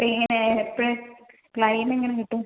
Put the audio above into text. free ഇങ്ങനെ എപ്പഴ് claim എങ്ങനെ കിട്ടും